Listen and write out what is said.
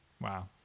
Wow